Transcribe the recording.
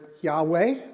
Yahweh